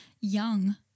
young